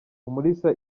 umulisa